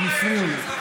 הם הפריעו לי.